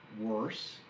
worse